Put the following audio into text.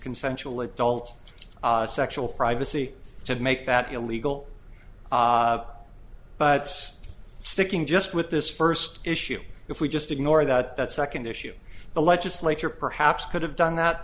consensual adult sexual privacy to make that illegal but sticking just with this first issue if we just ignore that second issue the legislature perhaps could have done that